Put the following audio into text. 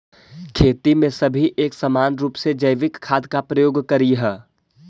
खेती में सभी एक समान रूप से जैविक खाद का प्रयोग करियह